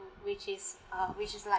which is uh which is like